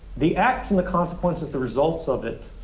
the acts and the consequences, the results of it,